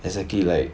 exactly like